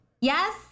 yes